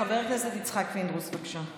חבר הכנסת יצחק פינדרוס, בבקשה.